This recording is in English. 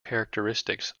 characteristics